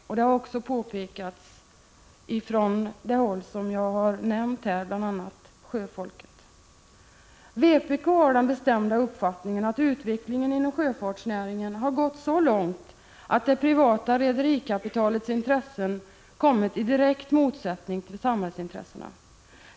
Och det har, som jag har nämnt, också påpekats från bl.a. sjöfolket. Vpk har den bestämda uppfattningen att utvecklingen inom sjöfartsnäringen har gått så långt att det privata rederikapitalets intressen kommit i direkt motsättning till samhällsintressena.